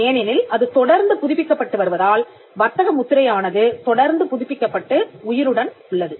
ஏனெனில் அது தொடர்ந்து புதுப்பிக்கப்பட்டு வருவதால் வர்த்தக முத்திரை ஆனது தொடர்ந்து புதுப்பிக்கப்பட்டு உயிருடன் உள்ளது